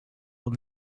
will